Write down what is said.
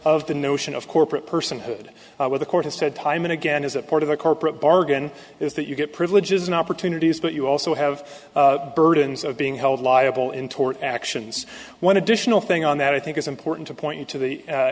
of the notion of corporate personhood where the court has said time and again is a part of the corporate bargain is that you get privileges and opportunities but you also have burdens of being held liable in tort actions one additional thing on that i think it's important to point you to the a